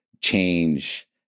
change